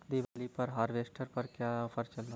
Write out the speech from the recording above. दीपावली पर हार्वेस्टर पर क्या ऑफर चल रहा है?